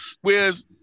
whereas